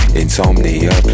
insomnia